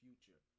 future